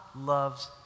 loves